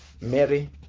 Mary